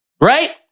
right